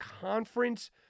conference